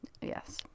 Yes